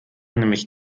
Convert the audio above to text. nämlich